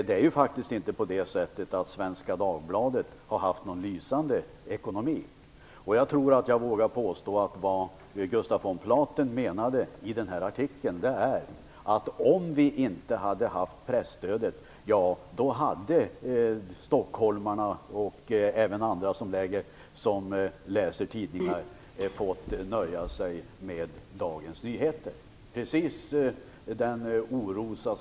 Det är faktiskt inte på det sättet att Svenska Dagbladet har haft en lysande ekonomi. Jag tror att jag vågar påstå att det Gustaf von Platen menade i artikeln är att stockholmarna och även andra som läser tidningar fått nöja sig med Dagens Nyheter om vi inte hade haft presstödet.